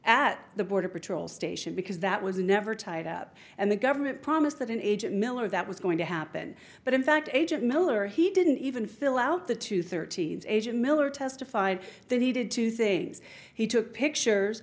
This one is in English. at the border patrol station because that was never tied up and the government promised that an agent miller that was going to happen but in fact agent miller he didn't even fill out the two thirty's asian miller testified that he did two things he took pictures